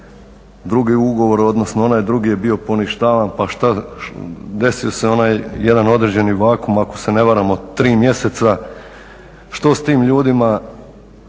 drugi ugovor odnosno onaj drugi je bio poništavan. Pa desio se onaj jedan određeni vakuum ako se ne varam od tri mjeseca. Što s tim ljudima,